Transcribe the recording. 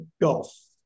Golf